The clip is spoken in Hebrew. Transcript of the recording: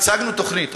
הצגנו תוכנית,